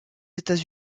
états